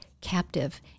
captive